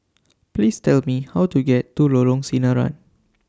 Please Tell Me How to get to Lorong Sinaran